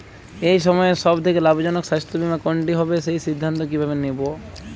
এই সময়ের সব থেকে লাভজনক স্বাস্থ্য বীমা কোনটি হবে সেই সিদ্ধান্ত কীভাবে নেব?